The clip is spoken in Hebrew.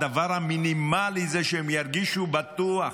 הדבר המינימלי זה שהם ירגישו בטוח.